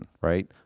right